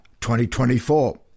2024